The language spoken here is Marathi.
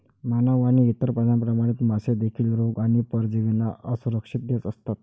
मानव आणि इतर प्राण्यांप्रमाणे, मासे देखील रोग आणि परजीवींना असुरक्षित असतात